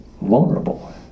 vulnerable